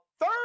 third